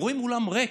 רואים אולם ריק.